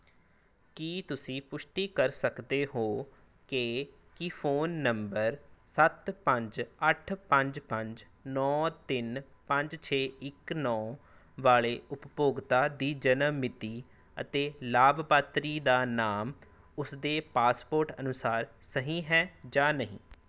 ਕੀ ਤੁਸੀਂ ਪੁਸ਼ਟੀ ਕਰ ਸਕਦੇ ਹੋ ਕਿ ਕੀ ਫੋਨ ਨੰਬਰ ਸੱਤ ਪੰਜ ਅੱਠ ਪੰਜ ਪੰਜ ਨੌ ਤਿੰਨ ਪੰਜ ਛੇ ਇੱਕ ਨੌ ਵਾਲ਼ੇ ਉਪਭੋਗਤਾ ਦੀ ਜਨਮ ਮਿਤੀ ਅਤੇ ਲਾਭਪਾਤਰੀ ਦਾ ਨਾਮ ਉਸਦੇ ਪਾਸਪੋਰਟ ਅਨੁਸਾਰ ਸਹੀ ਹੈ ਜਾਂ ਨਹੀਂ